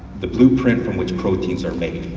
the blueprint from which proteins are made.